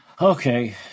Okay